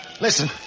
listen